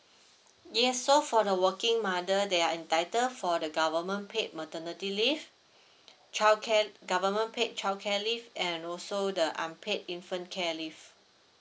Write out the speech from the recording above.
yes so for the working mother they are entitle for the government paid maternity leave childcare government paid childcare leave and also the unpaid infant care leave